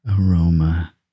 aroma